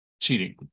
cheating